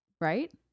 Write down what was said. right